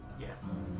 Yes